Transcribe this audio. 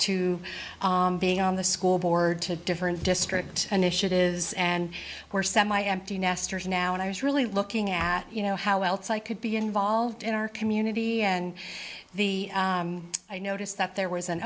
to being on the school board to different district initiatives and we're semi empty nesters now and i was really looking at you know how else i could be involved in our community and the i noticed that there was an